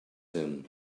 him